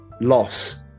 loss